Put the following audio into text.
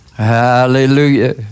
Hallelujah